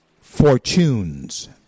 fortunes